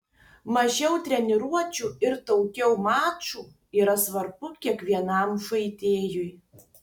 mažiau treniruočių ir daugiau mačų yra svarbu kiekvienam žaidėjui